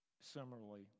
Similarly